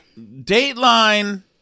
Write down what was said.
dateline